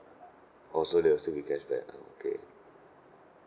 oh so there'll still be cashback ah okay